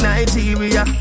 Nigeria